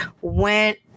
went